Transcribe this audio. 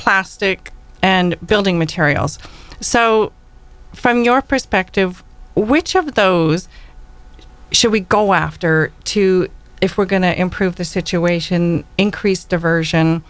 plastic and building materials so from your perspective which of those should we go after two if we're going to improve the situation increase diversion